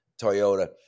Toyota